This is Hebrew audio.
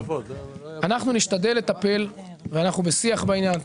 אנחנו נשתדל לטפל, ואנחנו בשיח בעניין.